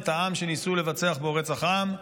את העם שניסו לבצע בו רצח עם,